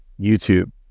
youtube